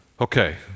Okay